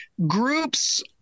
Groups